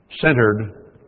centered